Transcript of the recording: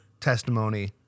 testimony